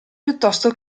piuttosto